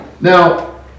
Now